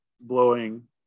blowing